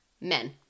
Men